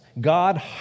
God